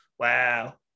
wow